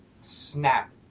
snap